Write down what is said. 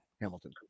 Hamilton